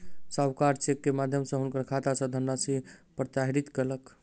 साहूकार चेक के माध्यम सॅ हुनकर खाता सॅ धनराशि प्रत्याहृत कयलक